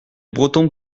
bretons